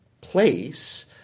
place